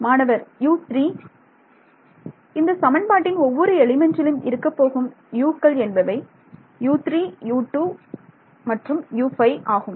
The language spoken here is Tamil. மாணவர்U3 இந்த சமன்பாட்டின் ஒவ்வொரு எலிமெண்ட்டிலும் இருக்கப் போகும் U க்கள் என்பவை U3U2U5 ஆகும்